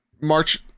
March